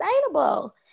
sustainable